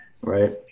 Right